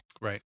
Right